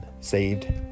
saved